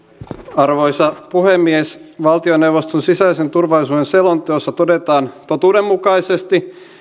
arvoisa puhemies valtioneuvoston sisäisen turvallisuuden selonteossa todetaan totuudenmukaisesti